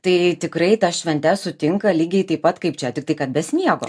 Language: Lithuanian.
tai tikrai tas šventes sutinka lygiai taip pat kaip čia tiktai kad be sniego